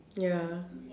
ya